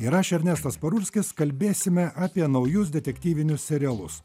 ir aš ernestas parulskis kalbėsime apie naujus detektyvinius serialus